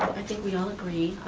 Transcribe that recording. i think we all agree.